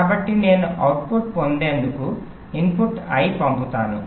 కాబట్టి నేను అవుట్పుట్ పొందేందుకు ఇన్పుట్ I పంపుతాను